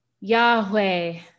Yahweh